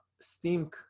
steam